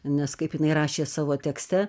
nes kaip jinai rašė savo tekste